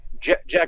Jack